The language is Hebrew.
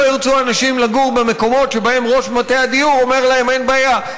לא ירצו אנשים לגור במקומות שבהם ראש מטה הדיור אומר להם: אין בעיה,